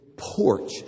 porch